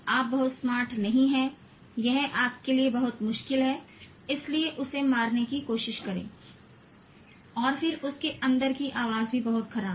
आप बहुत स्मार्ट नहीं हैं यह आपके लिए बहुत मुश्किल है इसलिए उसे मारने की कोशिश करें और फिर उस के अंदर की आवाज भी बहुत खराब है